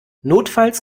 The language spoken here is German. notfalls